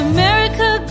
America